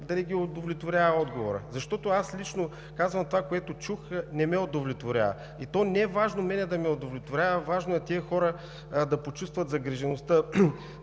дали ги удовлетворява отговорът. Аз лично казвам, че това, което чух, не ме удовлетворява. То не е важно мен да ме удовлетворява, а е важно тези хора да почувстват загрижеността